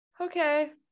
Okay